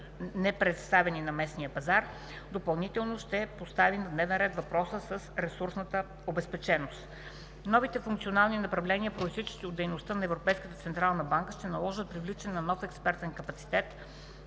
непредставени на местния пазар, допълнително ще постави на дневен ред въпроса с ресурсната обезпеченост. Новите функционални направления, произтичащи от дейността на Европейската централна банка, ще наложат привличане на нов експертен капацитет